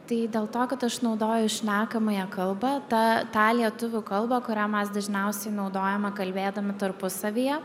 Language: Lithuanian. tai dėl to kad aš naudoju šnekamąją kalbą ta tą lietuvių kalbą kurią mes dažniausiai naudojame kalbėdami tarpusavyje